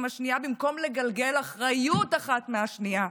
השנייה במקום לגלגל אחריות אחת מהשנייה,